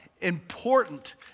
important